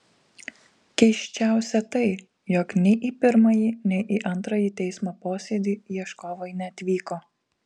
keisčiausia tai jog nei į pirmąjį nei į antrąjį teismo posėdį ieškovai neatvyko